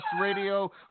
Radio